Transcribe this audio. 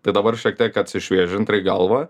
tai dabar šiek tiek atsišviežint reik galvą